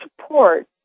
support